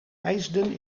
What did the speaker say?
eisden